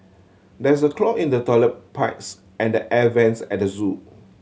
there's a clog in the toilet pipes and the air vents at the zoo